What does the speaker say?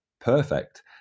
perfect